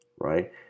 right